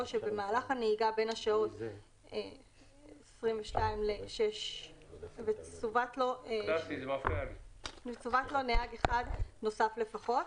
שבמהלך הנהיגה בין השעות 22:00 ל-06:00 וצוות לו נהג אחד נוסף לפחות,